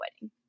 wedding